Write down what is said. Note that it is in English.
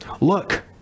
Look